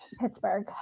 Pittsburgh